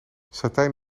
satijn